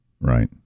Right